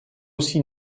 aussi